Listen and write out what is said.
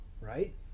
Right